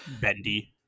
Bendy